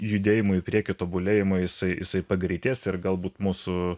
judėjimo į priekį tobulėjimo jisai jisai pagreitės ir galbūt mūsų